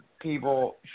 people